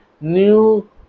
new